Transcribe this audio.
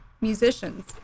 musicians